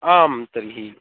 आं तर्हि